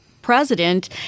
president